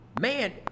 man